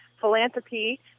philanthropy